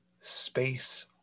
space